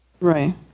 right